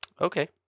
Okay